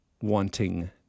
wanting